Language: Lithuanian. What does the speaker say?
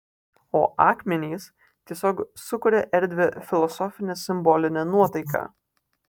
o akmenys tiesiog sukuria erdvią filosofinę simbolinę nuotaiką